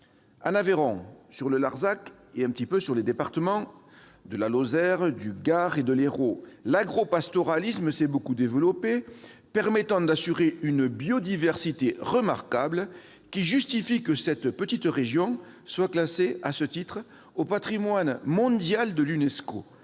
le plateau du Larzac- et un petit peu dans les départements de la Lozère, du Gard et de l'Hérault -, l'agropastoralisme s'est beaucoup développé, permettant d'assurer une biodiversité remarquable, qui justifie que cette petite région soit classée à ce titre au patrimoine mondial de l'UNESCO.